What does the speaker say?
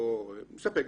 מספקת.